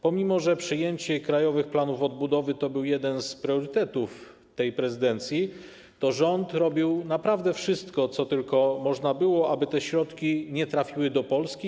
Pomimo że przyjęcie krajowych planów odbudowy było jednym z priorytetów tej prezydencji, to rząd robił naprawdę wszystko, co tylko można było, aby te środki nie trafiły do Polski.